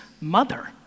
mother